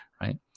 right